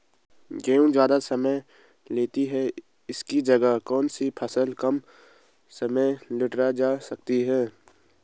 गेहूँ ज़्यादा समय लेता है इसकी जगह कौन सी फसल कम समय में लीटर जा सकती है?